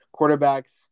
quarterbacks